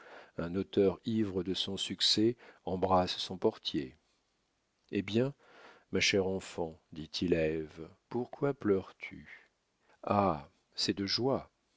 un auteur ivre de son succès embrasse son portier eh bien ma chère enfant dit-il à ève pourquoi pleures-tu ah c'est de joie